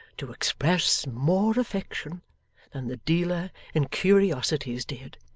to express more affection than the dealer in curiosities did,